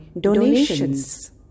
donations